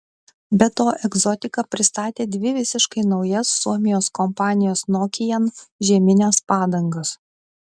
be to egzotika pristatė dvi visiškai naujas suomijos kompanijos nokian žiemines padangas